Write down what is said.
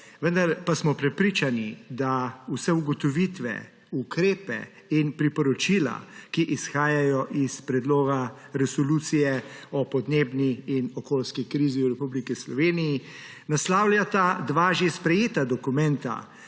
vendar pa smo prepričani, da vse ugotovitve, ukrepe in priporočila, ki izhajajo iz Predloga resolucije o podnebni in okoljski krizi v Republiki Sloveniji, naslavljata dva že sprejeta dokumenta,